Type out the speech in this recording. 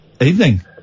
Evening